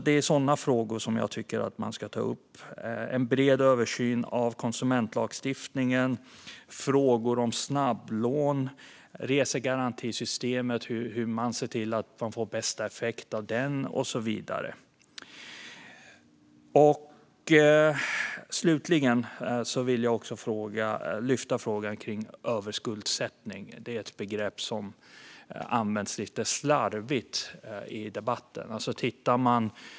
Det är sådana frågor jag tycker att man ska ta upp: en bred översyn av konsumentlagstiftningen, frågor om snabblån, hur man ser till att man får bästa effekt av resegarantisystemet och så vidare. Slutligen vill jag också lyfta frågan om överskuldsättning. Det är ett begrepp som används lite slarvigt i debatten.